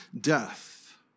death